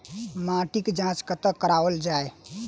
माटिक जाँच कतह कराओल जाए?